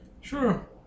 Sure